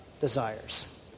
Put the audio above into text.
desires